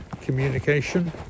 communication